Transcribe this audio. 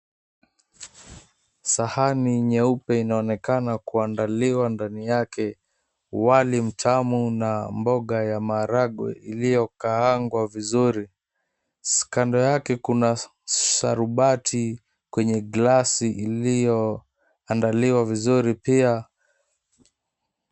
Sahani nyeupe inaonakana kuandaliwa ndani yake wali mtamu na mboga ya maharagwe iliyokaangwa vizuri. Kando yake kuna sharubati kwenye glasi iliyoandaliwa vizuri pia.